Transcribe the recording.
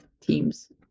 Teams